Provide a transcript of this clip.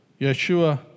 Yeshua